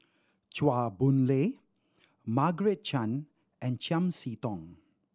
Chua Boon Lay Margaret Chan and Chiam See Tong